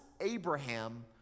Abraham